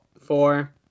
four